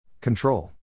Control